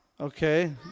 Okay